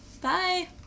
Bye